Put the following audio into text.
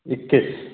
इक्कीस